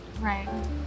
Right